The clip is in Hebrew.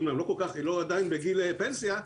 היא עדיין לא בגיל פנסיה,